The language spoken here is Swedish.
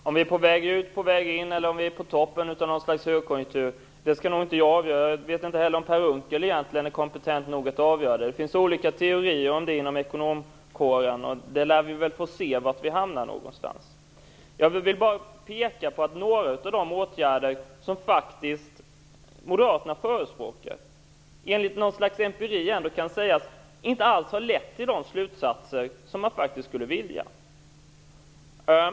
Fru talman! Om vi är på väg ut, på väg in eller om vi befinner oss på toppen av något slags högkonjunktur skall nog inte jag avgöra. Jag vet inte heller om Per Unckel egentligen är kompetent nog att avgöra det. Det finns olika teorier inom ekonomkåren. Vi lär väl få se hur det går. Jag vill bara peka på att några av de åtgärder som Moderaterna faktiskt förespråkar enligt något slags empiri ändå kan sägas inte alls ha lett till de slutsatser som man skulle vilja.